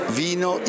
vino